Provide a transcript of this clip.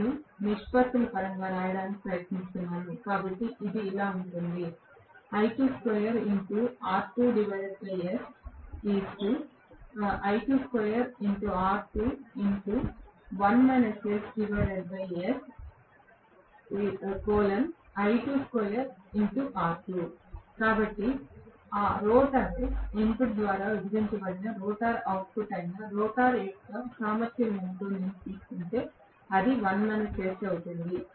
నేను నిష్పత్తుల పరంగా వ్రాయడానికి ప్రయత్నిస్తున్నాను కాబట్టి ఇది ఇలా ఉంటుంది కాబట్టి రోటర్ ఇన్పుట్ ద్వారా విభజించబడిన రోటర్ అవుట్పుట్ అయిన రోటర్ యొక్క సామర్థ్యం ఏమిటో నేను తీసుకుంటే అది అవుతుంది